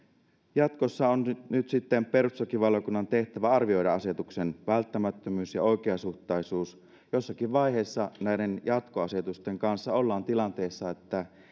jatkossa on nyt nyt sitten perustuslakivaliokunnan tehtävä arvioida asetuksen välttämättömyys ja oikeasuhtaisuus jossakin vaiheessa näiden jatkoasetusten kanssa ollaan tilanteessa että